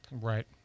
Right